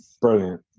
Brilliant